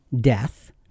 death